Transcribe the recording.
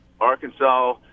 Arkansas